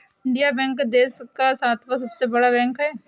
Indian bank देश का सातवां सबसे बड़ा बैंक है